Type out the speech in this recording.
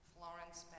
Florence